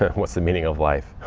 what's the meaning of life?